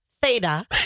Theta